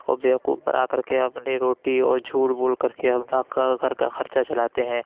اور بیوقوف بنا کر کے اپنی روٹی اور جھوٹ بول کر کے اپنا گھر کا خرچہ چلاتے ہیں